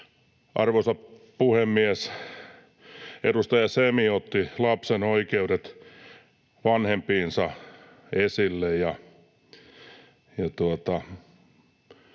Arvoisa puhemies! Edustaja Semi otti esille lapsen oikeudet vanhempiinsa.